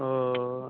ओह